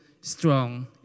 strong